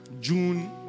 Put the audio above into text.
june